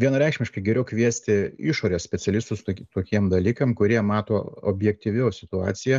vienareikšmiškai geriau kviesti išorės specialistus tok tokiem dalykam kurie mato objektyviau situaciją